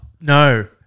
No